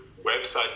website